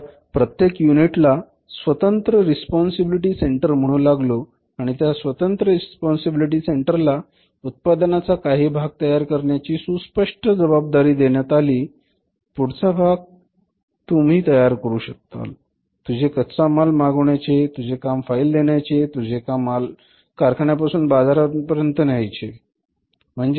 आपल्या प्रत्येक युनिटला स्वतंत्र रेस्पोंसिबिलिटी सेंटर म्हणू लागलो आणि त्या स्वतंत्र रेस्पोंसिबिलिटी सेंटरला उत्पादनाचा काही भाग तयार करण्याची सुस्पष्ट जबाबदारी देण्यात आली पुढचा भाग तू तयार करशील तुझे काम कच्चा माल मागवण्याचे तुझे काम फाईल देण्याचे तुझे काम माल कारखान्यापासून बाजारापर्यंत न्यायचे